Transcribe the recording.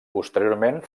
posteriorment